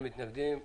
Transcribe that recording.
אין מתנגדים,